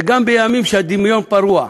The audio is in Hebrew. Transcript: וגם בימים שהדמיון פרוע,